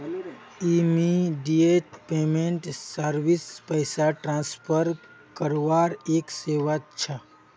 immediate payment service पैसा transfer करवार एक सेवा छ